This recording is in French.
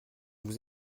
vous